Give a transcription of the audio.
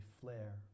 flare